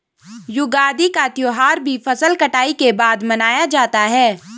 युगादि का त्यौहार भी फसल कटाई के बाद मनाया जाता है